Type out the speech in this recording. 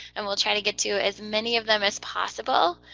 and we'll try to get to as many of them as possible.